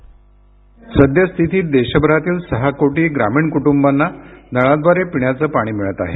ध्वनी सद्यस्थितीत देशभरातील सहा कोटी ग्रामीण कुटुंबांना नळाद्वारे पिण्याचं पाणी मिळत आहे